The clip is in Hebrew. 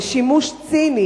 ושימוש ציני